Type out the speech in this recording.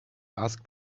asked